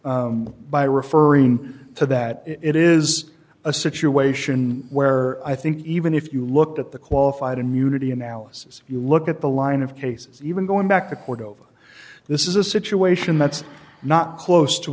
close by referring to that it is a situation where i think even if you look at the qualified immunity analysis if you look at the line of cases even going back to court over this is a situation that's not close to